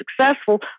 successful